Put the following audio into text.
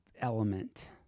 element